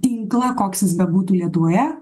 tinklą koks jis bebūtų lietuvoje